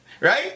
right